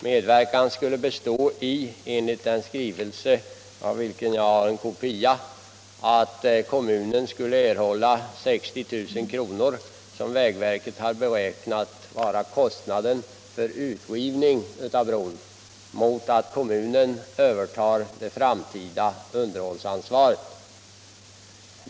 Medverkan skulle, enligt den skrivelse av vilken jag har en kopia, bestå i att kommunen skulle erhålla 60 000 kr., som vägverket beräknat var kostnaden för rivning av bron, mot att kommunen övertog det framtida underhållsansvaret.